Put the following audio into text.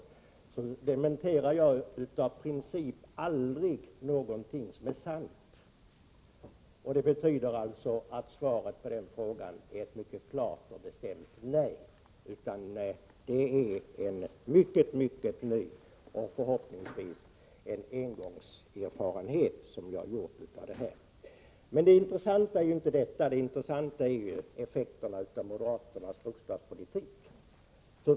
Av princip dementerar jag aldrig någonting som är sant. Det betyder att svaret på hans fråga är ett mycket klart och bestämt nej. Det är en alldeles ny erfarenhet, och förhoppningsvis en engångserfarenhet, som jag har gjort. Men det intressanta är inte detta utan effekterna av moderaternas bostadspolitik.